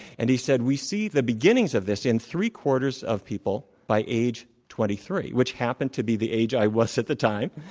and he said, we see the beginnings of this in three quarters of people by age twenty three, which happened to be the age i was at the time.